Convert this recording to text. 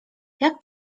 jak